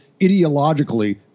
ideologically